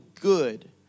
good